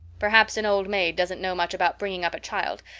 perhaps an old maid doesn't know much about bringing up a child,